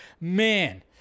man